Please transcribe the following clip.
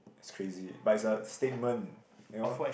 it's crazy but it's a statement you know